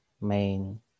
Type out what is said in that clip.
main